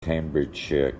cambridgeshire